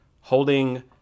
holding